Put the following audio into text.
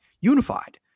unified